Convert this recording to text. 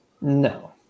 No